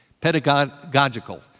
Pedagogical